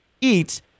eats